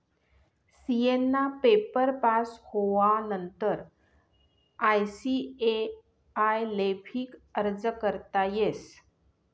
CA ना paper pass होवानंतर ICAI ले भी अर्ज करता येस